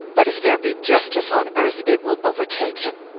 but if there be justice on earth it will overtake him.